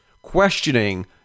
Questioning